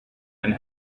and